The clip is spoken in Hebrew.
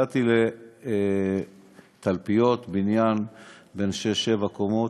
הגעתי לתלפיות, לבניין בן שש-שבע קומות.